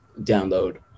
download